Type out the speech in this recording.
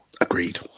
Agreed